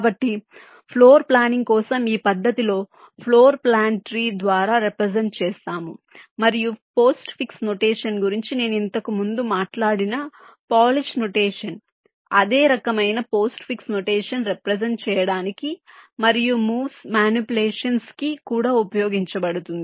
కాబట్టి floor planning కోసం ఈ పద్ధతిలో ఫ్లోర్ ప్లాన్ ట్రీ ద్వారా రెప్రెసెంట్ చేస్తాము మరియు పోస్ట్ఫిక్స్ నొటేషన్ గురించి నేను ఇంతకు ముందు మాట్లాడిన పోలిష్ నొటేషన్ అదే రకమైన పోస్ట్ఫిక్స్ నొటేషన్ రెప్రెసెంట్ చేయడానికి మరియు మూవ్స్ మానిప్యులేషన్స్ కి కూడా ఉపయోగించబడుతుంది